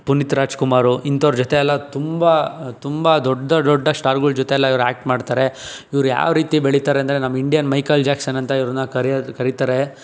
ಪುನೀತ್ ರಾಜಕುಮಾರ್ ಇಂಥವರ ಜೊತೆಯೆಲ್ಲ ತುಂಬ ತುಂಬ ದೊಡ್ಡ ದೊಡ್ಡ ಸ್ಟಾರುಗಳ ಜೊತೆಯೆಲ್ಲ ಇವರು ಆ್ಯಕ್ಟ್ ಮಾಡ್ತಾರೆ ಇವರು ಯಾವ ರೀತಿ ಬೆಳಿತಾರೆ ಅಂದರೆ ನಮ್ಮ ಇಂಡಿಯನ್ ಮೈಕಲ್ ಜಾಕ್ಸನ್ ಅಂತ ಇವರನ್ನು ಕರಿಯೋಕ್ ಕರೀತಾರೆ